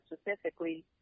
specifically